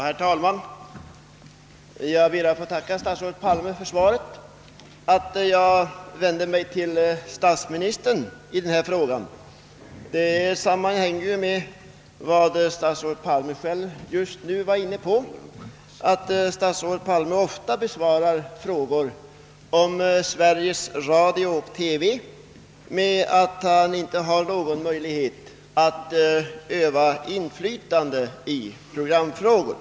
Herr talman! Jag ber att få tacka statsrådet Palme för svaret. Att jag vände mig till statsministern med min fråga sammanhängde med vad statsrådet Palme själv just nu nämnde, nämligen att statsrådet ofta besvarar frågor rörande Sveriges Radio med att han inte har någon möjlighet att öva inflytande på programfrågor.